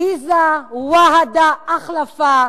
ואד'א ועד אח'לף,